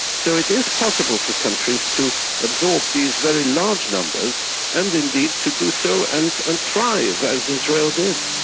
so it is possible for countries to absorb these very large numbers and indeed to do so and and thrive as israel did.